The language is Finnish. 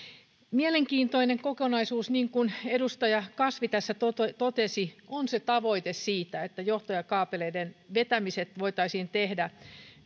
mielenkiintoinen kokonaisuus niin kuin edustaja kasvi tässä totesi totesi on se tavoite siitä että johtojen ja kaapeleiden vetämiset voitaisiin tehdä